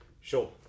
Sure